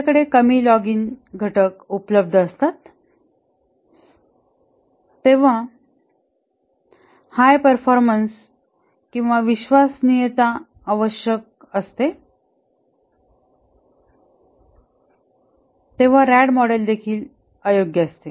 आपल्याकडे कमी लॉगिन घटक उपलब्ध असतात तेव्हा हाय परफॉर्मन्स किंवा विश्वसनीयता आवश्यक असते तेव्हा रॅड मॉडेल देखील अयोग्य असते